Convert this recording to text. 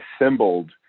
assembled